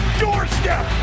doorstep